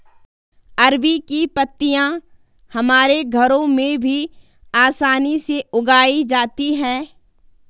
अरबी की पत्तियां हमारे घरों में भी आसानी से उगाई जाती हैं